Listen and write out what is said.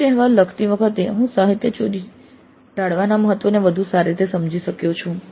project અહેવાલ લખતી વખતે હું સાહિત્યચોરી ટાળવાના મહત્વને વધુ સારી રીતે સમજી શક્યો છું